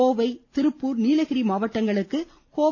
கோவை திருப்பூர் நீலகிரி மாவட்டங்களுக்கு கோவை